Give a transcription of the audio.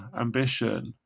ambition